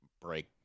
break